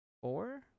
Four